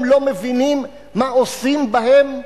הם לא מבינים מה עושים בהם?